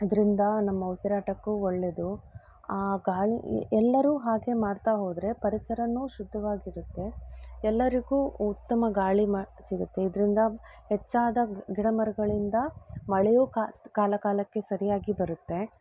ಇದರಿಂದ ನಮ್ಮ ಉಸಿರಾಟಕ್ಕೂ ಒಳ್ಳೆಯದು ಗಾಳಿ ಎಲ್ಲರೂ ಹಾಗೆ ಮಾಡ್ತಾ ಹೋದರೆ ಪರಿಸರವೂ ಶುದ್ಧವಾಗಿರುತ್ತೆ ಎಲ್ಲರಿಗೂ ಉತ್ತಮ ಗಾಳಿ ಮ ಸಿಗುತ್ತೆ ಇದರಿಂದ ಹೆಚ್ಚಾದ ಗಿಡಮರಗಳಿಂದ ಮಳೆಯೂ ಕಾ ಕಾಲ ಕಾಲಕ್ಕೆ ಸರಿಯಾಗಿ ಬರುತ್ತೆ